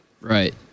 Right